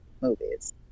movies